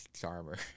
charmer